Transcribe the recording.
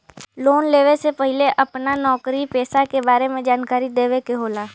Loan लेवे से पहिले अपना नौकरी पेसा के बारे मे जानकारी देवे के होला?